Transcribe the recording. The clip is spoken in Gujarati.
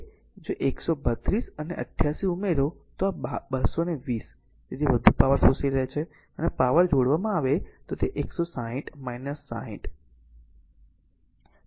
હવે જો 132 અને r 88 ઉમેરો તો આ 220 અથવા તેથી વધુ પાવર શોષી લે છે અને જો પાવર જોવામાં આવે તો તે 160 અને 60 છે